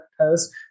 post